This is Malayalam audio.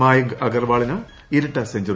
മായങ്ക് അഗർവാളിന് ഇരട്ട സെഞ്ചറി